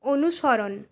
অনুসরণ